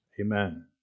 Amen